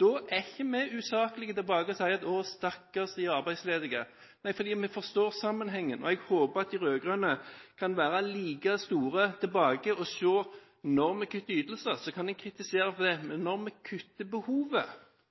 Da er ikke vi usaklige tilbake og sier stakkars de arbeidsledige, for vi forstår sammenhengen. Jeg håper at de rød-grønne kan være like store tilbake og se at når vi kutter i ytelser, kan de kritisere oss for det,